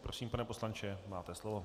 Prosím, pane poslanče, máte slovo.